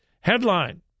Headline